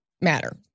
matter